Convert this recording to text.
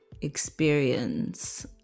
experience